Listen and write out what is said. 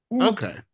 okay